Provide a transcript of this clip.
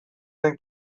den